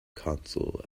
console